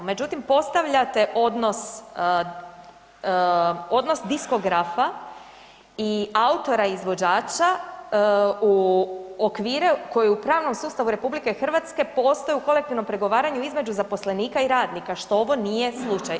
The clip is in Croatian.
Međutim, postavljate odnos, odnos diskografa i autora izvođača u okvire koje u pravnom sustavu RH postoje u kolektivnom pregovaranju između zaposlenika i radnika, što ovo nije slučaj.